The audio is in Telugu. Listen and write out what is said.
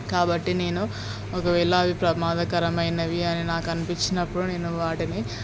కాబట్టి నేను ఒకవేళ అవి ప్రమాదకరమైనవి అని నాకనిపించినప్పుడు నేను వాటిని